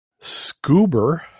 scuba